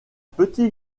petit